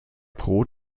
pro